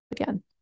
again